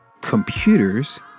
computers